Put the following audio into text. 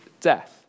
death